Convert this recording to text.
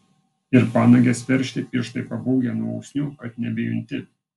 ir panagės peršti pirštai pabūgę nuo usnių kad nebejunti